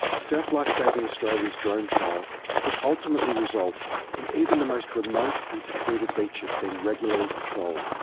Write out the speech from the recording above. surf life saving australia's drone trial could ultimately result in even the most remote and secluded beaches being regularly patrolled.